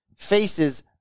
faces